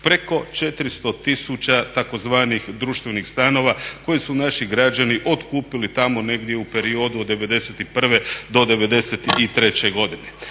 preko 400 tisuća tzv. društvenih stanova koje su naši građani otkupili tamo negdje u periodu od '91. do '93. godine.